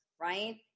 right